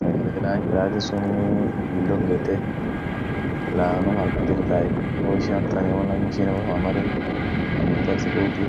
Sagale laan chiraati sunii billo fudete laanum harkan chirtay woishin amtan won ak mashinea fa fammaren amutan sikuuti,